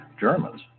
Germans